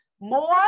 more